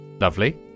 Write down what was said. Lovely